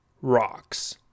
rocks